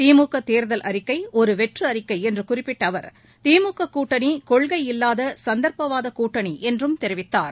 திமுக தேர்தல் அறிக்கை ஒரு வெற்று அறிக்கை என்று குறிப்பிட்ட அவர் திமுக கூட்டணி கொள்கையில்லாத சந்தர்ப்பவாத கூட்டணி என்றும் தெரிவித்தார்